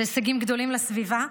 אלה הישגים גדולים לסביבה.